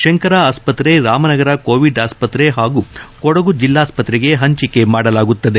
ಶಂಕರ ಆಸ್ಪತ್ರೆ ರಾಮನಗರ ಕೋವಿಡ್ ಆಸ್ಪತ್ರೆ ಹಾಗೂ ಕೊಡಗು ಜೆಲ್ಲಾಸ್ಪತ್ರೆಗೆ ಹಂಚಿಕೆ ಮಾಡಲಾಗುತ್ತದೆ